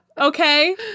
Okay